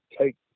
take